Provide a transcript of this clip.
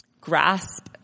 grasp